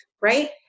right